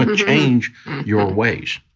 ah change your ways.